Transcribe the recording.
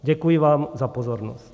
Děkuji vám za pozornost.